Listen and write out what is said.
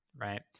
right